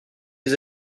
les